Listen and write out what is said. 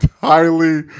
highly